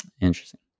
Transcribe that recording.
Interesting